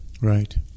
Right